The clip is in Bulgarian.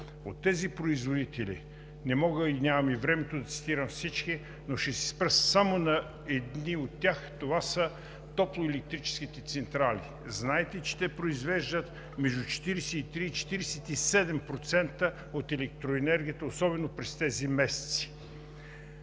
От тези производители – не мога, нямам и времето да цитирам всички, но ще се спра само на едни от тях, това са топлоелектрическите централи. Знаете, че те произвеждат между 43 и 47% от електроенергията особено през тези месеци.